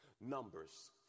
Numbers